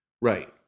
Right